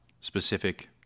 specific